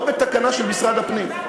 ולא בתקנה של משרד הפנים.